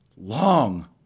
long